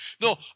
No